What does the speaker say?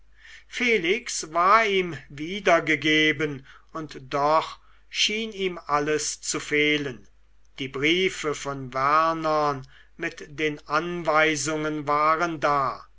felix war ihm wiedergegeben und doch schien ihm alles zu fehlen die briefe von wernern mit den anweisungen waren da